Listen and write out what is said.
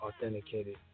authenticated